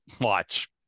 watch